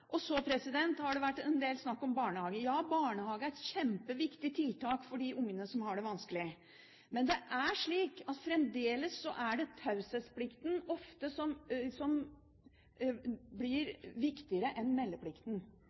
av. Så har det vært en del snakk om barnehage. Ja, barnehage er et kjempeviktig tiltak for de ungene som har det vanskelig, men fremdeles er det ofte slik at taushetsplikten blir viktigere enn meldeplikten